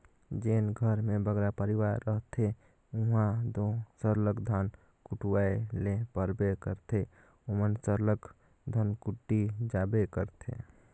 जेन घर में बगरा परिवार रहथें उहां दो सरलग धान कुटवाए ले परबे करथे ओमन सरलग धनकुट्टी जाबे करथे